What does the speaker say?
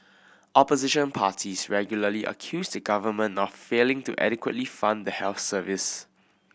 opposition parties regularly accuse the government of failing to adequately fund the health service